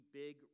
big